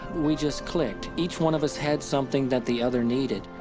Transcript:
we just clicked. each one of us had something that the other needed.